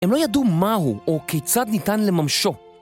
הם לא ידעו מה הוא או כיצד ניתן לממשו.